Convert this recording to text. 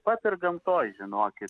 pat ir gamtoj žinokit